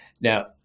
Now